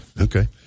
okay